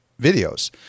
videos